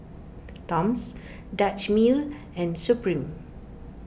Toms Dutch Mill and Supreme